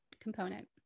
component